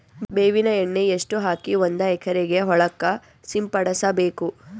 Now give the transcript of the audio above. ಬೇವಿನ ಎಣ್ಣೆ ಎಷ್ಟು ಹಾಕಿ ಒಂದ ಎಕರೆಗೆ ಹೊಳಕ್ಕ ಸಿಂಪಡಸಬೇಕು?